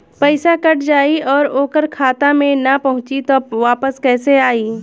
पईसा कट जाई और ओकर खाता मे ना पहुंची त वापस कैसे आई?